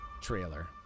trailer